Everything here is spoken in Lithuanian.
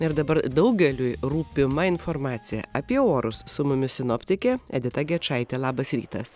na ir dabar daugeliui rūpima informacija apie orus su mumis sinoptikė edita gečaitė labas rytas